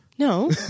No